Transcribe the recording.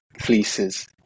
fleeces